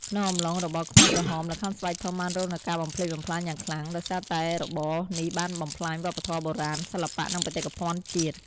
ក្នុងអំឡុងរបបខ្មែរក្រហម ល្ខោនស្បែកធំបានរងនូវការបំផ្លិចបំផ្លាញយ៉ាងខ្លាំង ដោយសារតែរបបនេះបានបំផ្លាញវប្បធម៌បុរាណ សិល្បៈ និងបេតិកភណ្ឌជាតិ។